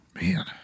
Man